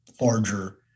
larger